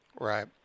Right